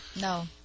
No